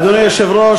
אדוני היושב-ראש,